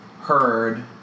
heard